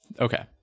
Okay